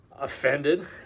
offended